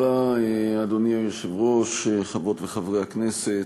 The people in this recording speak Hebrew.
אדוני היושב-ראש, תודה רבה, חברות וחברי הכנסת,